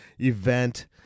event